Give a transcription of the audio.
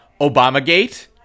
Obamagate